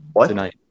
tonight